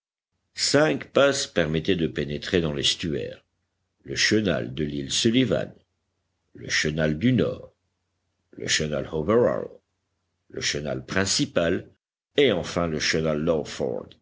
cinq passes permettaient de pénétrer dans l'estuaire le chenal de l'île sullivan le chenal du nord le chenal overall le chenal principal et enfin le chenal